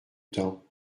temps